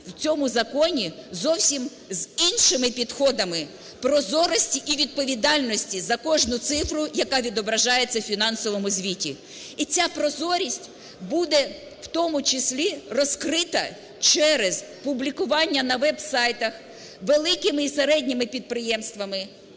в цьому законі зовсім з іншими підходами прозорості і відповідальності за кожну цифру, яка відображається у фінансовому звіті. І ця прозорість буде в тому числі розкрита через публікування на веб-сайтах великими і середніми підприємствами,